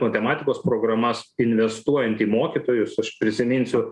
matematikos programas investuojant į mokytojus aš prisiminsiu